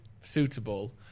suitable